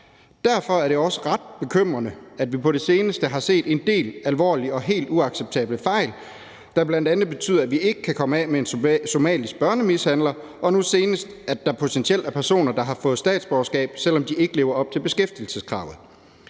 Derfor er det også ret bekymrende, at vi på det seneste har set en del alvorlige og helt uacceptable fejl, der bl.a. betyder, at vi ikke kan komme af med en somalisk børnemishandler, og nu senest, at der potentielt er personer, der har fået statsborgerskab, selv om de ikke lever op til beskæftigelseskravene.